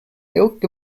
milk